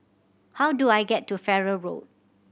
how do I get to Farrer Road